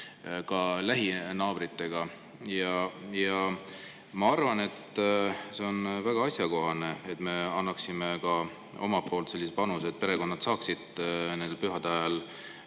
ka lähinaabritega. Ma arvan, et see oleks väga asjakohane, et me annaks ka omalt poolt sellise panuse, et perekonnad saaksid nende pühade ajal